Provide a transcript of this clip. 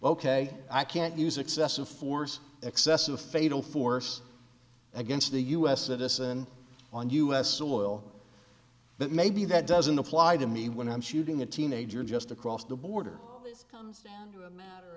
ok i can't use excessive force excessive fatal force against a u s citizen on u s soil but maybe that doesn't apply to me when i'm shooting a teenager just across the border this comes down to a matter